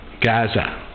Gaza